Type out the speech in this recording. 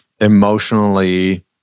emotionally